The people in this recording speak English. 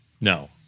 No